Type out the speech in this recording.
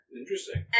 interesting